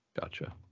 Gotcha